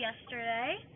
yesterday